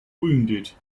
wounded